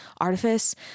Artifice